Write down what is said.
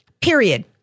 Period